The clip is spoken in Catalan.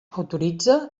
autoritza